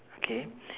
okay